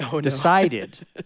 decided